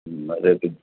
మరేంటి